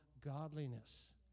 godliness